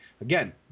Again